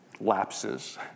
lapses